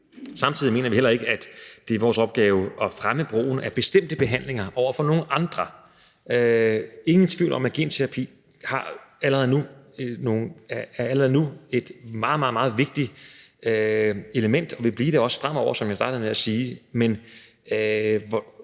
Samtidig mener vi heller ikke, at det er vores opgave at fremme brugen af bestemte behandlinger over for nogle andre. Der er ingen tvivl om, at genterapi allerede nu er et meget, meget vigtigt element og også vil blive det fremover, som jeg startede med at sige,